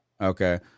okay